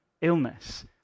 illness